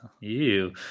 Ew